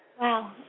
Wow